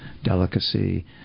Delicacy